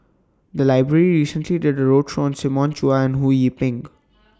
The Library recently did A roadshow on Simon Chua and Ho Yee Ping